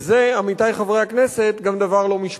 וזה, עמיתי חברי הכנסת, גם דבר לא משפטי.